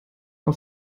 auf